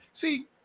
see